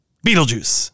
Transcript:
Beetlejuice